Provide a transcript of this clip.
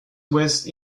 west